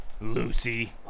Lucy